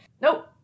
nope